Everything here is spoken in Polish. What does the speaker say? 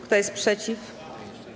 Kto jest przeciw?